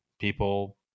people